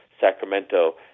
Sacramento